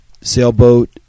Sailboat